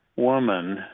woman